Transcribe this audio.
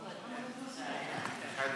אדוני